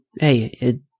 hey